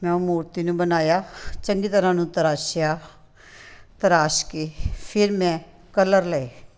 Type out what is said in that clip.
ਮੈਂ ਮੂਰਤੀ ਨੂੰ ਬਣਾਇਆ ਚੰਗੀ ਤਰ੍ਹਾਂ ਉਹ ਨੂੰ ਤਰਾਸ਼ਿਆ ਤਰਾਸ਼ ਕੇ ਫਿਰ ਮੈਂ ਕਲਰ ਲਏ